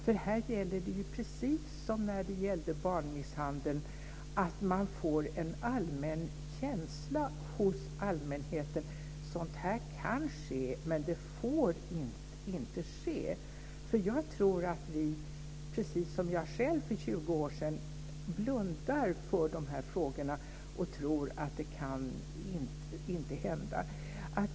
Här gäller det ju precis som i fråga om barnmisshandel att man får en allmän känsla hos allmänheten att sådant kan ske men att det inte får ske. Jag tror att vi, precis som jag själv gjorde för 20 år sedan, blundar för dessa frågor och inte tror att det kan hända.